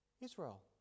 Israel